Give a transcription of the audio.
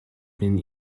been